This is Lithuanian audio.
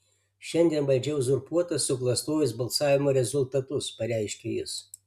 šiandien valdžia uzurpuota suklastojus balsavimo rezultatus pareiškė jis